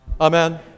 amen